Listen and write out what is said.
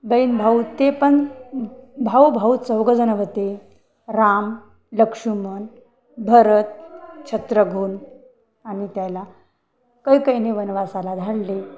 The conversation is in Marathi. बहिण भाऊ ते पण भाऊभाऊ चौघं जण होते राम लक्ष्मण भरत शत्रुघ्न आणि त्याला कैकईने वनवासाला धाडले